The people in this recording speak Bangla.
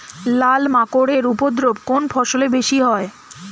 লাল মাকড় এর উপদ্রব কোন ফসলে বেশি হয়?